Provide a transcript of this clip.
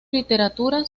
literatura